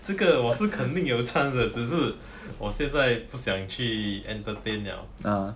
这个我是肯定有 chance 的只是我现在不想去 entertain liao